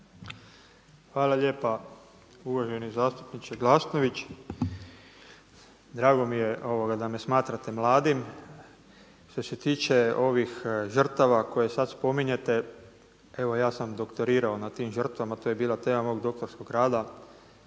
Hvala lijepa uvaženi zastupniče Glasnović. Drago mi je da me smatrate mladim. Što se tiče ovih žrtava koje sad spominjete, evo ja sam doktorirao na tim žrtvama. To je bila tema mom doktorskog rada,